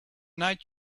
night